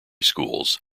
schools